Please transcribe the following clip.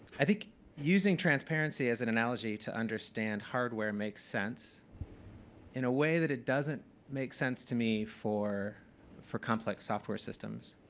i think using transparency as an analogy to understand hardware makes sense in it a way that it doesn't make sense to me for for complex software systems,